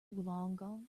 wollongong